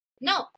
No